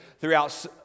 throughout